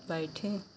बैठे